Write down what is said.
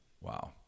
Wow